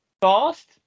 fast